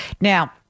Now